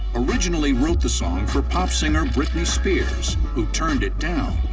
originally wrote the song for pop singer britney spears, who turned it down.